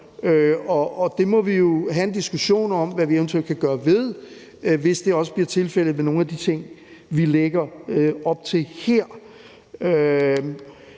og vi må jo have en diskussion om, hvad vi eventuelt kan gøre ved det, hvis det også bliver tilfældet i forbindelse med nogle af de ting, vi lægger op til her.